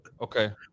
okay